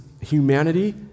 humanity